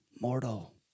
mortal